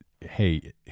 Hey